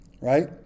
right